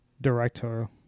director